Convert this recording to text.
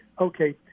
okay